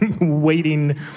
waiting